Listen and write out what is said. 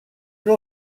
plus